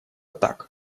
так